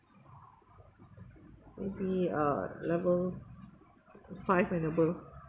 maybe uh level five and above